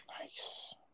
Nice